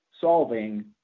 solving